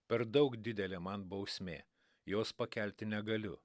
per daug didelė man bausmė jos pakelti negaliu